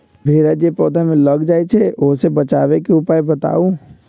भेरा जे पौधा में लग जाइछई ओ से बचाबे के उपाय बताऊँ?